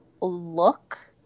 look